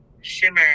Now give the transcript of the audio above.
Shimmer